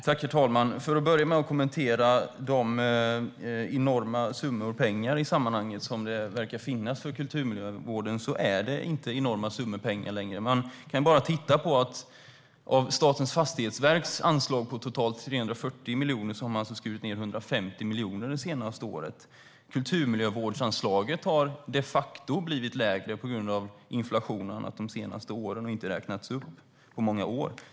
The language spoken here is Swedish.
Herr talman! För att börja med att kommentera de i sammanhanget "enorma summor pengar" som verkar finnas för kulturmiljövården: Det är inte längre några enorma summor pengar. Statens fastighetsverks anslag på totalt 340 miljoner har man skurit ned med 150 miljoner det senaste året. Kulturmiljövårdsanslaget har de facto blivit lägre på grund av inflation och annat de senaste åren och inte räknats upp på många år.